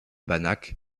banach